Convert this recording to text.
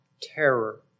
terror